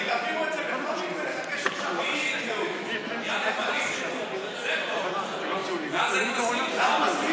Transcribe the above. יבגני, אם התשובה היא לא אומרים לך לא.